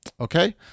okay